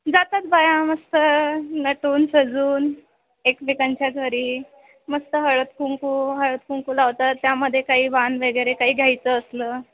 जातात बाया मस्त नटून सजून एकमेकांच्या घरी मस्त हळद कुंकू हळद कुंकू लावतात त्यामध्ये काही वाण वगैरे काही घ्यायचं असलं